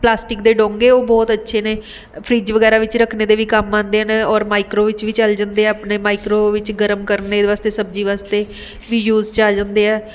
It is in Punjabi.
ਪਲਾਸਟਿਕ ਦੇ ਡੋਂਗੇ ਉਹ ਬਹੁਤ ਅੱਛੇ ਨੇ ਫਰਿੱਜ ਵਗੈਰਾ ਵਿੱਚ ਰੱਖਣ ਦੇ ਵੀ ਕੰਮ ਆਉਂਦੇ ਨੇ ਔਰ ਮਾਈਕਰੋ ਵਿੱਚ ਵੀ ਚਲ ਜਾਂਦੇ ਆ ਆਪਣੇ ਮਾਈਕਰੋ ਵਿੱਚ ਗਰਮ ਕਰਨ ਦੇ ਵਾਸਤੇ ਸਬਜ਼ੀ ਵਾਸਤੇ ਵੀ ਯੂਜ਼ 'ਚ ਆ ਜਾਂਦੇ ਆ